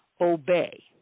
obey